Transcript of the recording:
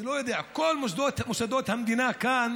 אני לא יודע, כל מוסדות המדינה כאן